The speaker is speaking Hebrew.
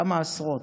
כמה עשרות,